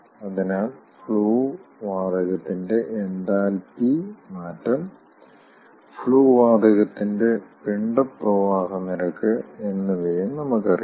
അതിനാൽ ഫ്ലൂ വാതകത്തിന്റെ എൻതാൽപ്പി മാറ്റം ഫ്ലൂ വാതകത്തിന്റെ പിൻഡ പ്രവാഹ നിരക്ക് എന്നിവയും നമുക്കറിയാം